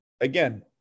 again